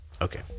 Okay